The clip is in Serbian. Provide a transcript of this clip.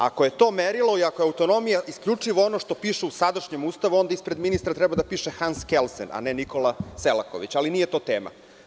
Dakle, ako je to merilo i ako je autonomija isključivo ono što piše u sadašnjem Ustavu, onda ispred ministra treba da piše Hans Kelsen, a ne Nikola Selaković, ali nije to tema.